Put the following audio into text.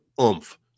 oomph